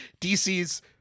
DC's